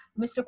mr